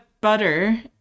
butter